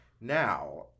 Now